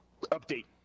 update